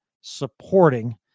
supporting